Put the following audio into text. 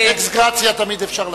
אקסגרציה תמיד אפשר לתת.